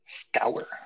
scour